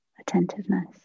attentiveness